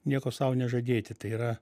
nieko sau nežadėti tai yra